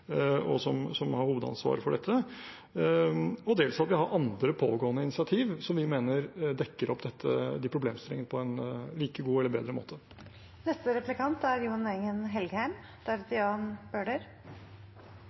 og som har hovedansvaret for dette, og dels at vi har andre pågående initiativ som vi mener dekker opp de problemstillingene på en like god eller bedre